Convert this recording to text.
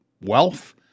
wealth